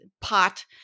pot